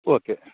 okay